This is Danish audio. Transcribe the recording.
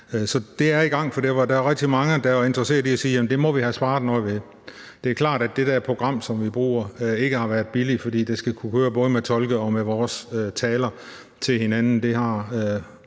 Så det er i gang. For der var rigtig mange, der var interesseret i at sige, at det må vi have sparet noget ved. Det er klart, at det program, som vi bruger, ikke har været billigt, fordi det skal kunne køre både med tolke og med vores taler til hinanden.